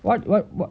what what what